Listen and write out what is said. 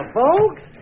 folks